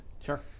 Sure